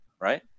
Right